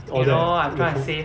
ya lor I'm trying to save